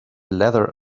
leather